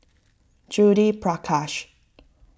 Judith Prakash